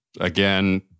again